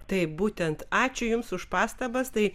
taip būtent ačiū jums už pastabas tai